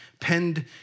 penned